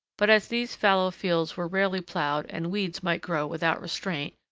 but as these fallow fields were rarely ploughed and weeds might grow without restraint,